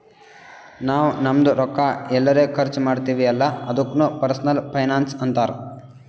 ನಾವ್ ನಮ್ದು ರೊಕ್ಕಾ ಎಲ್ಲರೆ ಖರ್ಚ ಮಾಡ್ತಿವಿ ಅಲ್ಲ ಅದುಕ್ನು ಪರ್ಸನಲ್ ಫೈನಾನ್ಸ್ ಅಂತಾರ್